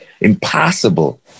impossible